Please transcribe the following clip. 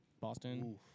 Boston